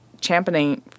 championing